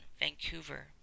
Vancouver